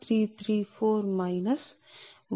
58181